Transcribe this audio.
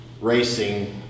racing